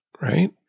right